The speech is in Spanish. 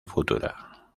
futura